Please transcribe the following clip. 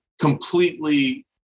completely